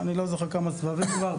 אני לא זוכר כמה סבבים כבר,